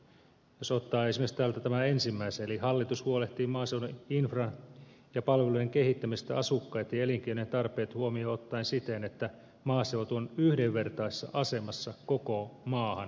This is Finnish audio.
jos ottaa esimerkiksi täältä tämän ensimmäisen eli hallitus huolehtii maaseudun infrastruktuurin ja palvelujen kehittämisestä asukkaiden ja elinkeinojen tarpeet huomioon ottaen siten että maaseutu on yhdenvertaisessa asemassa koko maahan nähden